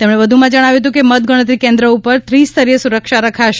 તેમણે જણાવ્યું હતું કે મતગણતરી કેન્દ્ર ઉપર ત્રિસ્તરીય સુરક્ષા રખાશે